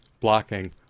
blocking